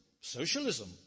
socialism